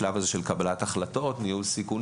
סעיף 6 (בפסקה זו מדריך); בצלילת היכרות הנערכת לכמה צוללים במשותף,